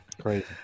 Crazy